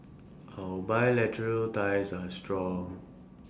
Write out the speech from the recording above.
our bilateral ties are strong